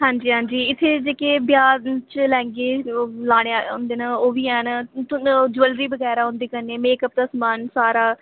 हांजी हांजी इत्थे जेह्के ब्याह च लैहंगे लाने आह्ले हुंदे नै ओह् बी हैन ओह् ज्वेलरी बगैरा हुंदी कन्नै मेकअप दा समान सारा